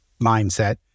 mindset